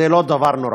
זה לא דבר נורא,